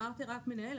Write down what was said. אמרתי רק מנהל,